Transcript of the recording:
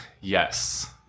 Yes